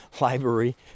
library